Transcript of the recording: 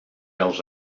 els